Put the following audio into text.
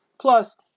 Plus